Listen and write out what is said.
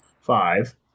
five